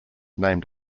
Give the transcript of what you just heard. named